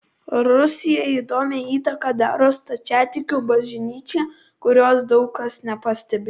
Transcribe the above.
rusijai įdomią įtaką daro stačiatikių bažnyčia kurios daug kas nepastebi